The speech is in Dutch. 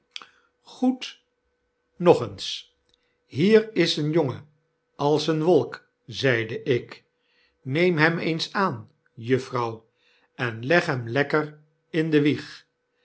oed nog eens i hier is een jongen als een wolk zeide ik neem hem eens aan juffrouw en leg hem lekker in de wieg